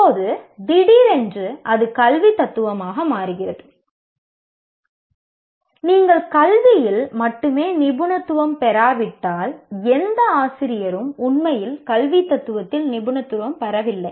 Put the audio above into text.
இப்போது திடீரென்று அது கல்வி தத்துவமாகிறது நீங்கள் கல்வியில் மட்டுமே நிபுணத்துவம் பெறாவிட்டால் எந்த ஆசிரியரும் உண்மையில் கல்வி தத்துவத்தில் நிபுணத்துவம் பெறவில்லை